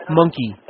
monkey